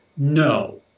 No